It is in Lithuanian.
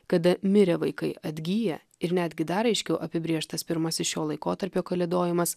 kada mirę vaikai atgyja ir netgi dar aiškiau apibrėžtas pirmasis šio laikotarpio kalėdojimas